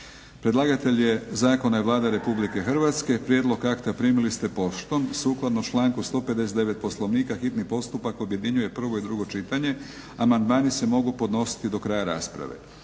Predlagatelj zakona je Vlada Republike Hrvatske. Prijedlog akta primili ste poštom. Sukladno članku 159. Poslovnika hitni postupak objedinjuje prvo i drugo čitanje. Amandmani se mogu podnositi do kraja rasprave.